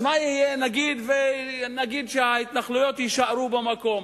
אז מה יהיה, נגיד שההתנחלויות יישארו במקום